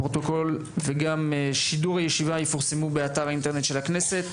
הפרוטוקול וגם שידור הישיבה יפורסמו באתר האינטרנט של הכנסת.